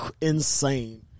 insane